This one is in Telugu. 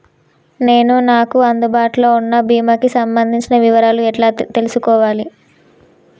నేను నాకు అందుబాటులో ఉన్న బీమా కి సంబంధించిన వివరాలు ఎలా తెలుసుకోవాలి?